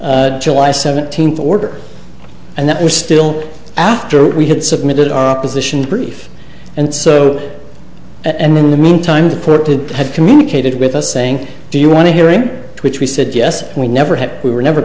e july seventeenth order and that we still after we had submitted our opposition brief and so and in the meantime deported had communicated with us saying do you want to hear which we said yes we never had we were never